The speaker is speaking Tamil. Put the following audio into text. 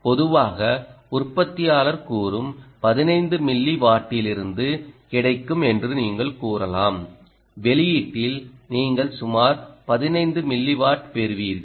பொதுவாக உற்பத்தியாளர் கூறும் 15 மில்லி வாட்டிலிருந்து கிடைக்கும் என்று நீங்கள் கூறலாம் வெளியீட்டில் நீங்கள் சுமார் 15 மில்லிவாட் பெறுவீர்கள்